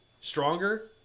stronger